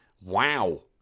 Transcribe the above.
Wow